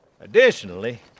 Additionally